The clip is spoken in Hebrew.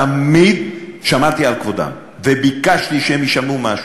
תמיד שמרתי על כבודן וביקשתי שהן ישלמו משהו.